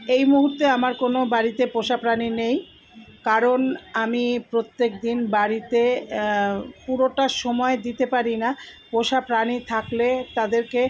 এই মুহূর্তে আমার কোনো বাড়িতে পোষা প্রাণী নেই কারণ আমি প্রত্যেক দিন বাড়িতে পুরোটা সময় দিতে পারি না পোষা প্রাণী থাকলে তাদেরকে